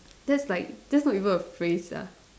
that's like that's not even a phrase sia